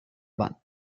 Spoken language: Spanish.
matt